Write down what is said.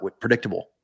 predictable